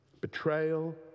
Betrayal